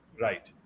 Right